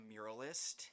muralist